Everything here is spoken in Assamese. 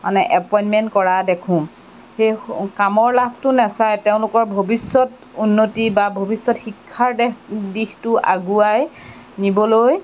মানে এপইনমেণ্ট কৰা দেখোঁ সেই কামৰ লাভটো নেচায় তেওঁলোকৰ ভৱিষ্যত উন্নতি বা ভৱিষ্যত শিক্ষাৰ দেশ দিশটো আগুৱাই নিবলৈ